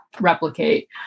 replicate